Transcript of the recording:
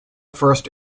first